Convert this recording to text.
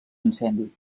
incendi